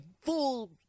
full